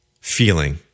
feeling